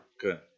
Good